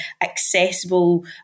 accessible